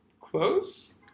close